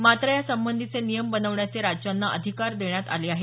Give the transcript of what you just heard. मात्र यासंबंधीचे नियम बनवण्याचे राज्यांना अधिकार देण्यात आले आहेत